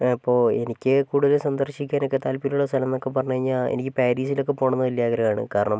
അപ്പോൾ എനിക്ക് കൂടൂതൽ സന്ദർശിക്കാനൊക്കെ താൽപര്യമുള്ള സ്ഥലം എന്നൊക്കെ പറഞ്ഞു കഴിഞ്ഞാൽ എനിക്ക് പാരീസിലൊക്കെ പോണം എന്ന് വലിയ ആഗ്രഹമാണ് കാരണം